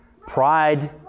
pride